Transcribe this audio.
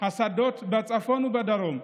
השדות בצפון ובדרום,